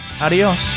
Adiós